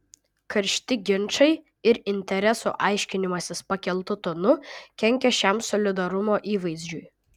karšti ginčai ir interesų aiškinimasis pakeltu tonu kenkia šiam solidarumo įvaizdžiui